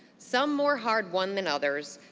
some more hard-won than others,